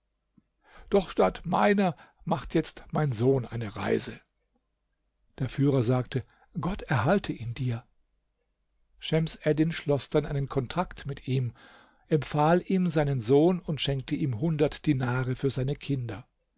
doch statt meiner macht jetzt mein sohn eine reise der führer sagte gott erhalte ihn dir schems eddin schloß dann einen kontrakt mit ihm empfahl ihm seinen sohn und schenkte ihm hundert dinare für seine kinder